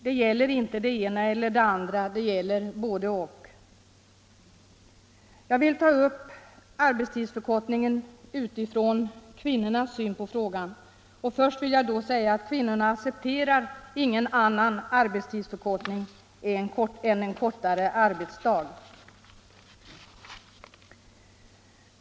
Det gäller inte det ena eller det andra, det gäller både-och. Sedan vill jag också ta upp arbetstidsförkortningen med utgångspunkt i kvinnornas syn på frågan. Då vill jag först säga att kvinnorna accepterar ingen annan arbetstidsförkortning än en kortare arbetsdag.